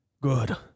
Good